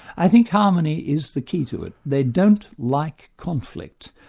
i think harmony is the key to it. they don't like conflict.